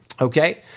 okay